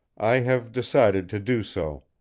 i have decided to do so.